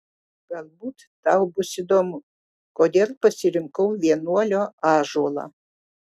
galbūt tau bus įdomu kodėl pasirinkau vienuolio ąžuolą